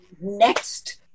next